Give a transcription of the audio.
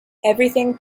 everything